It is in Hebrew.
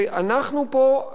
ואנחנו פה,